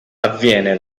avviene